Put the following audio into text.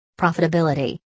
Profitability